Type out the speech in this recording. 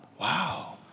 Wow